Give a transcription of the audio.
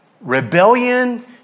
Rebellion